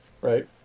right